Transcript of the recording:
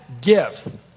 gifts